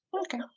Okay